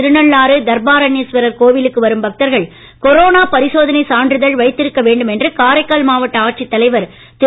திருநள்ளாறுதர்ப்பாரண்யேஸ்வரர்கோவிலுக்குவரும்பக்தர்கள்கொ ரோனாபரிசோதனைசான்றிதழ்வைத்திருக்கவேண்டும்என்றுகாரைக் கால்மாவட்டஆட்சித்தலைவர்திரு